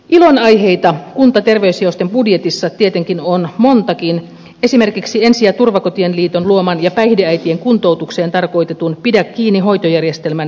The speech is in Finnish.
ilonaiheita kunta ja terveysjaoston budjetissa tietenkin on montakin esimerkiksi ensi ja turvakotien liiton luoman ja päihdeäitien kuntoutukseen tarkoitetun pidä kiinni hoitojärjestelmän jatkuminen